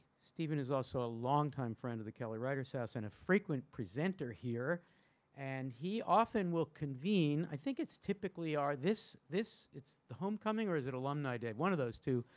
stephen is also a longtime friend of the kelly writers house and a frequent presenter here and he often will convene i think it's typically are this this it's the homecoming or is it alumni day? one of those two.